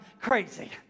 crazy